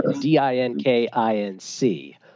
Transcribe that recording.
D-I-N-K-I-N-C